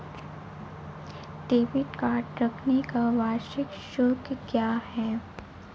Debit card रखने का वार्षिक शुल्क क्या है?